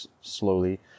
slowly